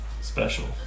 special